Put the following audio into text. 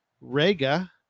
Rega